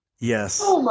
Yes